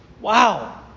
Wow